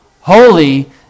holy